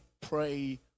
pray